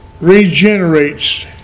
regenerates